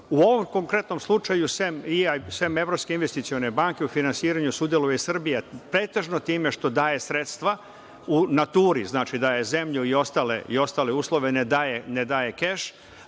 ovom konkretnom slučaju sem Evropske investicione banke, finansiranju sudeluje Srbija pretežno time što daje sredstva u naturi, znači, daje zemlju i ostale uslove. Ne daje keš,